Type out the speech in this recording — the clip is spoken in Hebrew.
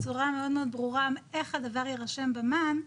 בצורה מאוד מאוד ברורה איך הדבר יירשם במען,